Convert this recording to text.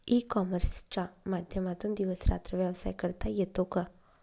E कॉमर्सच्या माध्यमातून दिवस रात्र व्यवसाय करता येतो का?